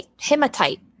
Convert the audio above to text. hematite